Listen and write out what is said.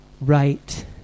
right